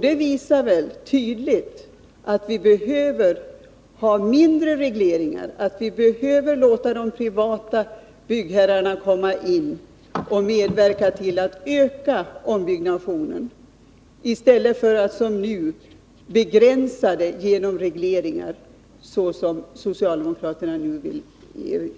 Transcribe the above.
Det visar väl tydligt att vi behöver ha mindre regleringar, att vi behöver låta de privata byggherrarna komma in och medverka till att öka ombyggnationen, i stället för att som nu begränsa den genom regleringar, såsom socialdemokraterna vill